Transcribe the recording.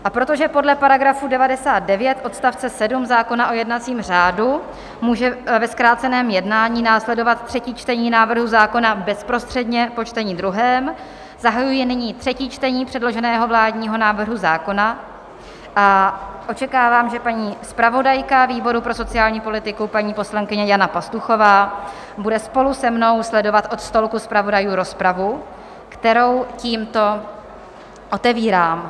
A protože podle § 99 odst. 7 zákona o jednacím řádu může ve zkráceném jednání následovat třetí čtení návrhu zákona bezprostředně po čtení druhém, zahajuji nyní třetí čtení předloženého vládního návrhu zákona a očekávám, že zpravodajka výboru pro sociální politiku, paní poslankyně Jana Pastuchová, bude spolu se mnou sledovat od stolku zpravodajů rozpravu, kterou tímto otevírám.